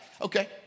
Okay